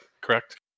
correct